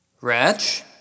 Wretch